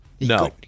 no